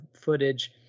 footage